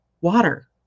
water